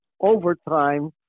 overtime